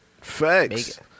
Facts